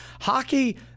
hockey